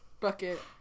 bucket